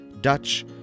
Dutch